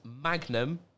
Magnum